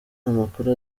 amakuru